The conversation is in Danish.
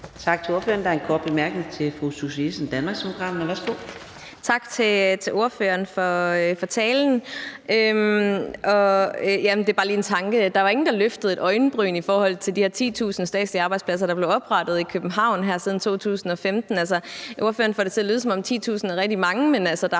en tanke. Der var ingen, der løftede et øjenbryn i forhold til de her 10.000 statslige arbejdspladser, der er blevet oprettet her i København siden 2015. Altså, ordføreren får det til at lyde, som om 10.000 er rigtig mange, men der